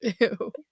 Ew